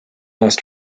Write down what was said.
last